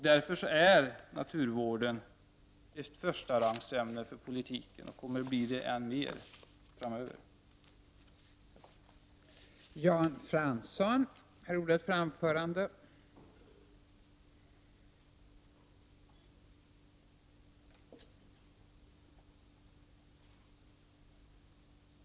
Därför är naturvården ett förstarangsämne för politiken och kommer att bli det än mer framöver.